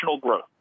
growth